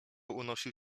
unosił